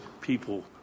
people